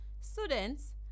Students